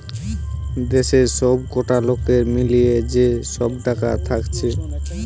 দেশের সবকটা লোকের মিলিয়ে যে সব টাকা থাকছে